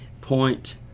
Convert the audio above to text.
point